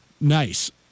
nice